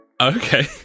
Okay